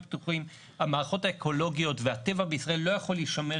המערכות האקולוגיות והטבע בישראל לא יכול להישמר